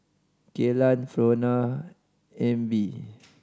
Kaylan Frona Ebbie